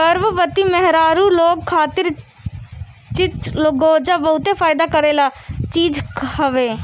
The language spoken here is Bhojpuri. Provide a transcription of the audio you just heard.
गर्भवती मेहरारू लोग खातिर चिलगोजा बहते फायदा करेवाला चीज हवे